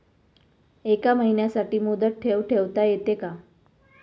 एका महिन्यासाठी मुदत ठेव ठेवता येते का?